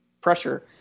pressure